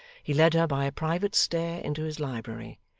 he led her by a private stair into his library,